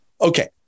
okay